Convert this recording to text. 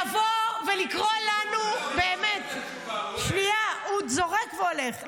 לבוא ולקרוא לנו, הוא זורק והולך.